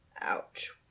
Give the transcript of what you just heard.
ouch